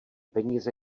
peníze